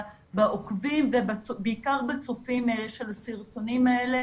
בעוקבים ובעיקר בצופים של הסרטונים האלה.